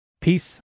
Peace